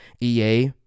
EA